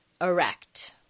erect